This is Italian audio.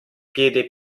piede